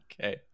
Okay